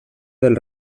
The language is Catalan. del